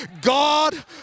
God